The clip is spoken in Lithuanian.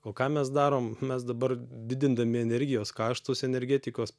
o ką mes darom mes dabar didindami energijos kaštus energetikos